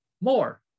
More